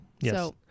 yes